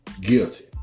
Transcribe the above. Guilty